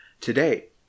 Today